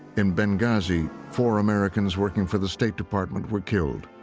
in benghazi, four americans working for the state department were killed,